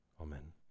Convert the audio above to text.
amen